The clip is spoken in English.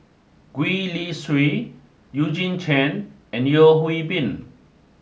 Gwee Li Sui Eugene Chen and Yeo Hwee Bin